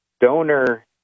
donor